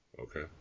Okay